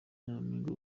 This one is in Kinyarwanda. nyampinga